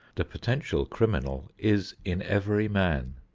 the potential criminal is in every man,